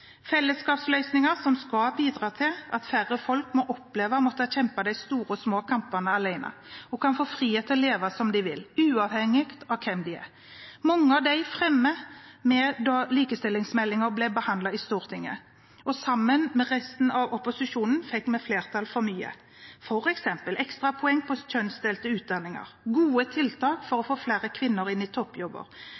fellesskapsløsninger som skal bidra til at færre folk må oppleve å måtte kjempe de store og små kampene alene, og kan få frihet til å leve som de vil, uavhengig av hvem de er. Mange av dem fremmet vi da likestillingsmeldingen ble behandlet i Stortinget. Og sammen med resten av opposisjonen fikk vi flertall for mye, f.eks. ekstrapoeng på kjønnsdelte utdanninger, gode tiltak for å